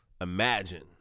imagine